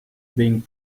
being